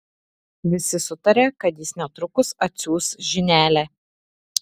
visi sutarė kad jis netrukus atsiųs žinelę